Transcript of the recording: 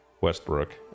westbrook